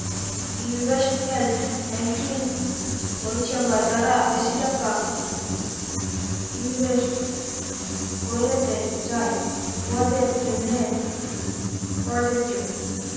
investment banking পরিছেবা যারা বেশি টাকা ইলভেস্ট ক্যইরতে চায়, উয়াদের জ্যনহে পরযজ্য